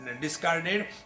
discarded